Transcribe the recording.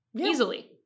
easily